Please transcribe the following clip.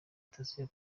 sitasiyo